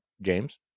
James